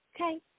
Okay